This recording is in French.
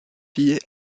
fille